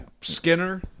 Skinner